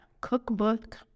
cookbook